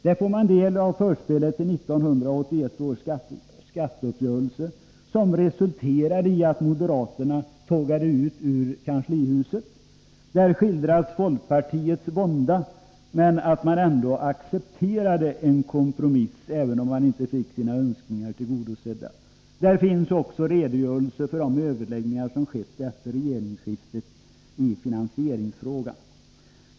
Där får man ta del av förspelet till 1981 års skatteuppgörelse, som resulterade i att moderaterna tågade ut ur kanslihuset, och där skildras folkpartiets vånda — men folkpartiet accepterade ändå en kompromiss, trots att man inte fick sina önskemål tillgodosedda. Där finns också redogörelser för de överläggningar i finansieringsfrågan som ägt rum efter regeringsskiftet.